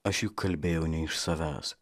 aš juk kalbėjau ne iš savęs